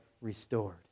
restored